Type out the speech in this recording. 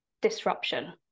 disruption